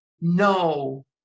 No